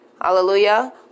Hallelujah